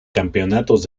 campeonatos